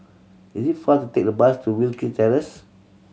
is it faster to take the bus to Wilkie Terrace